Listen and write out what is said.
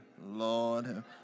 Lord